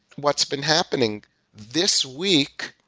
what's been happening this week,